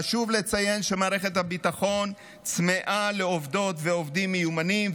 חשוב לציין שמערכת הביטחון צמאה לעובדות ועובדים מיומנים,